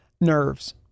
nerves